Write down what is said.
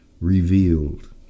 revealed